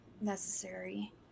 necessary